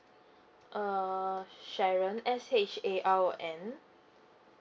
uh sharon S H A R O N